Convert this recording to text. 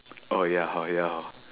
oh ya oh ya hor